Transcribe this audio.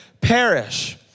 perish